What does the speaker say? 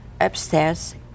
upstairs